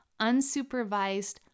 unsupervised